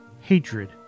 hatred